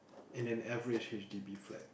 in an average H_D_B flat